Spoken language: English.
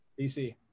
DC